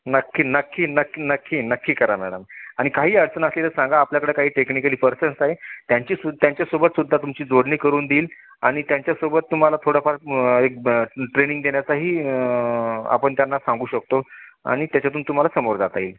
नक्की नक्की नक्की नक्की नक्की करा मॅडम आणि काही अडचण असली तर सांगा आपल्याकडे काही टेक्निकली पर्सन्स आहे त्यांची सु त्यांच्यासोबत सुद्धा तुमची जोडणी करून देईल आणि त्यांच्यासोबत तुम्हाला थोडंफार एक ब ट्रेनिंग देण्याचाही आपण त्यांना सांगू शकतो आणि त्याच्यातून तुम्हाला समोर जाता येईल